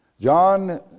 John